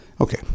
Okay